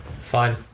Fine